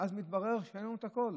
ואז מתברר שאין לנו את הכול.